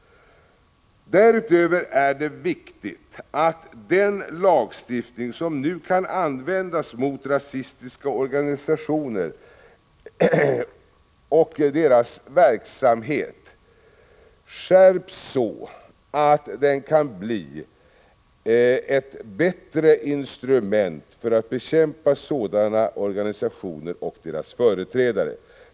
Därutöver är det viktigt att vår lagstiftning mot rasistiska organisationer och deras verksamhet skärps, så att den kan bli ett bättre instrument för att bekämpa sådana organisationer och deras företrädare.